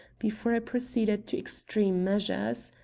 before i proceeded to extreme measures.